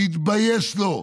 שיתבייש לו.